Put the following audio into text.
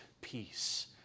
peace